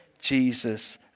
Jesus